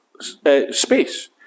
space